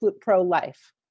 pro-life